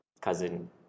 cousin